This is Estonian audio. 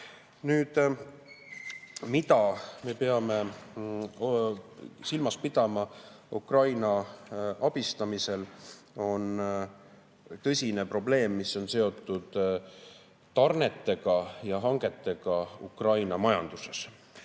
Nüüd, mida me peame veel silmas pidama Ukraina abistamisel? Tõsine probleem on seotud tarnete ja hangetega Ukraina majanduses.